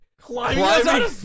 Climbing